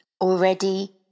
already